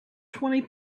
twenty